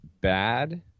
bad